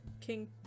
King